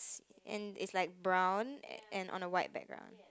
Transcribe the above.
and it's like brown and~ and on a white background